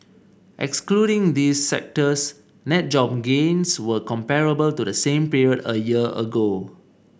excluding these sectors net job gains were comparable to the same period a year ago